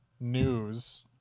news